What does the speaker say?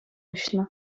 уҫнӑ